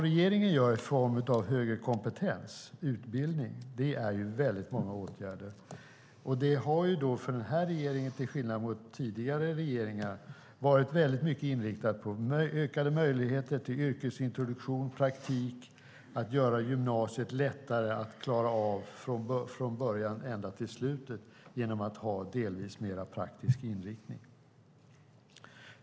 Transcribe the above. Regeringen vidtar många åtgärder för utbildning och kompetenshöjning. Den här regeringen har till skillnad från tidigare regeringar varit starkt inriktad på ökade möjligheter till yrkesintroduktion och praktik och på att göra gymnasiet lättare att klara av från början ända till slutet genom att ha en delvis mer praktisk inriktning.